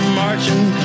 marching